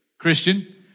Christian